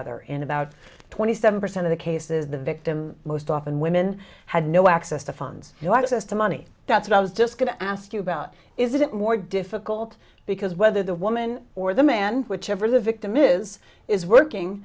other in about twenty seven percent of the cases the victim most often women had no access to funds so i guess the money that's what i was just going to ask you about is it more difficult because whether the woman or the man whichever the victim is is working